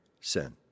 sin